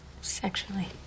sexually